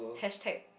hashtag